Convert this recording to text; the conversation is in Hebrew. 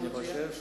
מה אדוני מציע?